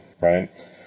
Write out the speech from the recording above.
right